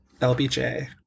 LBJ